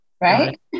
right